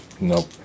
Nope